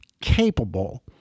capable